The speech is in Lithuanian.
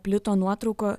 plito nuotrauka